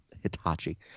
Hitachi